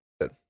good